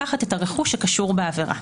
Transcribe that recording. לקחת את הרכוש שקשור בעבירה.